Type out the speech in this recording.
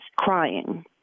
crying